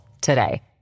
today